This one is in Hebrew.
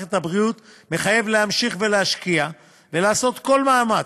מערכת הבריאות מחייבים להמשיך ולהשקיע ולעשות כל מאמץ